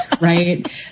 right